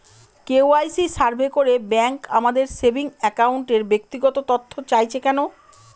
KYC survey করে bank আমাদের saving অ্যাকাউন্টের ব্যক্তিগত তথ্য চাইছে কেন?